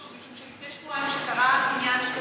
משום שלפני שבועיים כשקרה עניין שכזה,